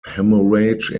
hemorrhage